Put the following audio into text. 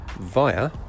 via